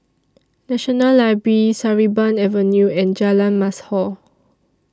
National Library Sarimbun Avenue and Jalan Mashor